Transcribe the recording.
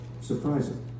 Surprising